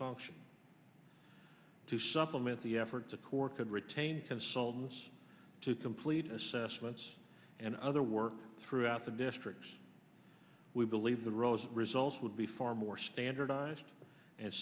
function to supplement the efforts of cork and retain consultants to complete assessments and other work throughout the district we believe the rose results would be far more standardized and